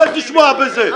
מה יש לשמוע בזה?